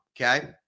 okay